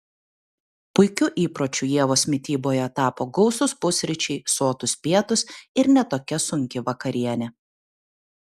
puikiu įpročiu ievos mityboje tapo gausūs pusryčiai sotūs pietūs ir ne tokia sunki vakarienė